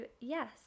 yes